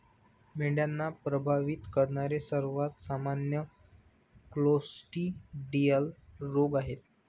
मेंढ्यांना प्रभावित करणारे सर्वात सामान्य क्लोस्ट्रिडियल रोग आहेत